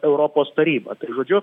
europos taryba tai žodžiu